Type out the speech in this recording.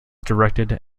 directed